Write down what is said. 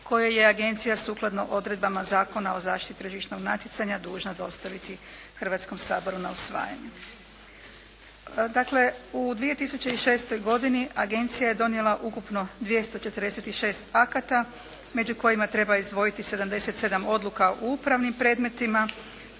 koje je Agencija sukladno odredbama Zakona o zaštiti tržišnog natjecanja dužna dostaviti Hrvatskom saboru na usvajanje. Dakle, u 2006. godini Agencija je donijela ukupno 246 akata među kojima treba izdvojiti 77 odluka u upravnim predmetima